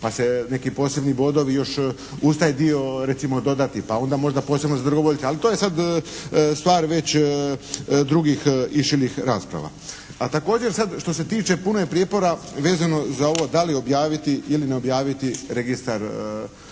pa se neki posebni bodovi još uz taj dio recimo dodati, pa onda možda posebno za dragovoljce. Ali to je sad stvar već drugih i širih rasprava. A također sad što se tiče puno je prijepora vezano za ovo da li objaviti ili ne objaviti registar